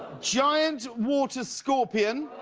giant water scorpion.